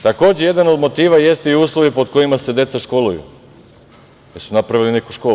Takođe, jedan od motiva jeste i uslovi pod kojima se decu školuju, jel su napravili neku školu?